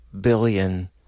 billion